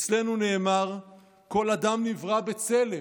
אצלנו נאמר: כל אדם נברא בצלם.